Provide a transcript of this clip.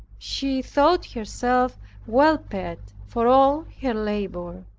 she thought herself well paid for all her labor.